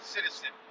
citizen